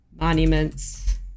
monuments